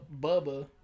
bubba